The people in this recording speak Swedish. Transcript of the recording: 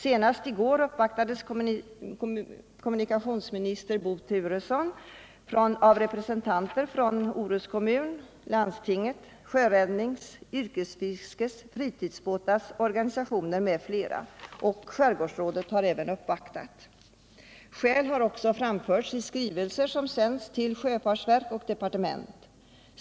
Senast i går uppvaktades kommunikationsminister Bo Turesson av representanter från Orust och Stenungsunds kommuner, landstinget, sjöräddnings-, yrkesfiskesoch fritidsbåtsorganisationer m.fl. Skärgårdsrådet har också uppvaktat. Olika skäl för fortsatt bemanning har framförts i skrivelser som sänts till sjöfartsverk och departement.